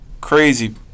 crazy